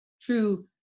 true